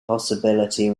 possibility